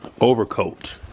overcoat